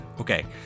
Okay